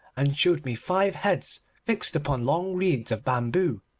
and showed me five heads fixed upon long reeds of bamboo.